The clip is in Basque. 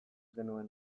genuen